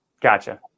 Gotcha